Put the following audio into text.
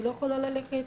היא לא יכולה ללכת,